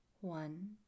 One